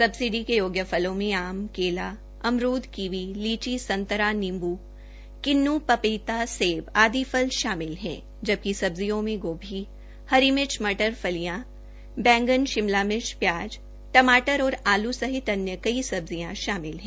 subsidy के योग्य फल में आम केला अमरूद कीवी लीची संतरा नींब् किन्न् पपीता सेब आदि फल शामिल है जबकि सब्जियों में गोभी हरी मिर्च मटर फलियां बैंगन शिमला मिर्च प्याज टमाटर और आलू सहित कई अन्य सब्जियां शामिल है